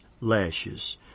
lashes